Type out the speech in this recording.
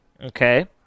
okay